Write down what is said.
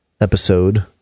episode